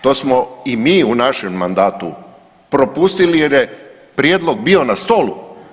To smo i mi u našem mandatu propustili jer je prijedlog bio na stolu.